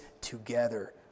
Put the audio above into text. together